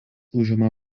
užima